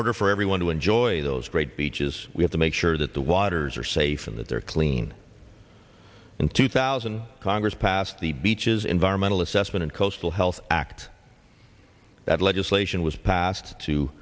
order for everyone to enjoy those great beaches we have to make sure that the waters are safe and that they're clean in two thousand congress passed the beaches environmental assessment and coastal health act that legislation was passed to